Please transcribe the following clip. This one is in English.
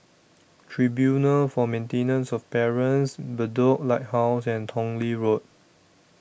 Tribunal For Maintenance of Parents Bedok Lighthouse and Tong Lee Road